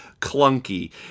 clunky